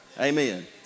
Amen